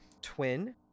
Twin